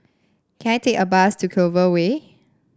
can I take a bus to Clover Way